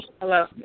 Hello